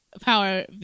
power